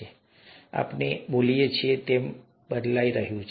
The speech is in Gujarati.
જેમ આપણે બોલીએ છીએ તેમ તે બદલાઈ રહ્યું છે